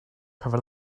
cover